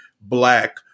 black